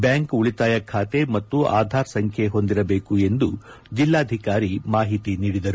bank ಉಳಿತಾಯ ಖಾತೆ ಮತ್ತು ಅಧಾರ್ ಸಂಖ್ಯೆ ಹೊಂದಿರಬೇಕು ಎಂದು ಜಿಲ್ಲಾಧಿಕಾರಿ ಮಾಹಿತಿ ನೀಡಿದರು